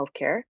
healthcare